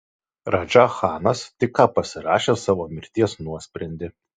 radža chanas tik ką pasirašė savo mirties nuosprendį